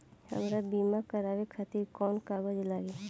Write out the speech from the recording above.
हमरा बीमा करावे खातिर कोवन कागज लागी?